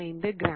5245 gram